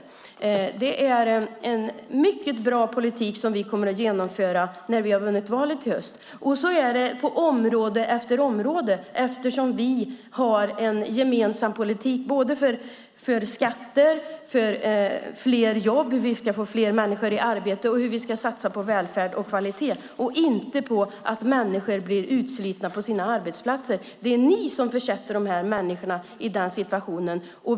Det är en mycket bra politik som vi kommer att genomföra när vi vunnit valet i höst. Så är det på område efter område eftersom vi har en gemensam politik. Det gäller skatter. Det gäller fler jobb, hur vi ska få fler människor i arbete. Vi ska satsa på välfärd och kvalitet och inte på att människor blir utslitna på sina arbetsplatser. Det är ni, Sven Otto Littorin, som försätter dessa människor i den situationen.